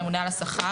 הממונה על השכר,